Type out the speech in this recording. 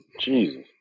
Jesus